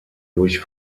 durch